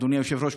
אדוני היושב-ראש,